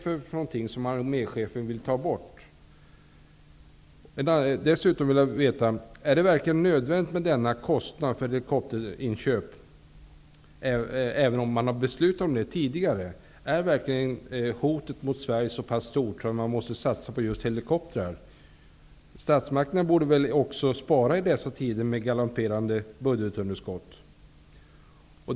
Jag vill dessutom veta om det verkligen är nödvändigt med en sådan kostnad för helikopterinköp, även om man tidigare har beslutat om det? Är verkligen hotet mot Sverige så stort att man just måste satsa på helikoptrar? Statsmakterna borde väl också spara i dessa tider med galopperande budgetunderskott.